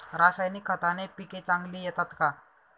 रासायनिक खताने पिके चांगली येतात का?